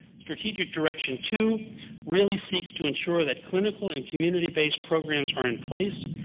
strategic direction two really seeks to ensure that clinical and community-based programs are in place,